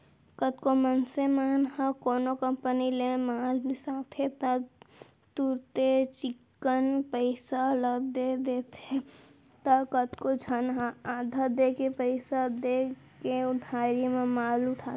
कतको मनसे मन ह कोनो कंपनी ले माल बिसाथे त तुरते चिक्कन पइसा ल दे देथे त कतको झन ह आधा देके पइसा देके उधारी म माल उठाथे